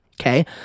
okay